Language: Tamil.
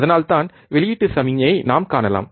அதனால் தான் வெளியீட்டு சமிக்ஞையை நாம் காணலாம்